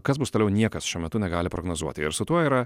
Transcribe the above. kas bus toliau niekas šiuo metu negali prognozuoti ir su tuo yra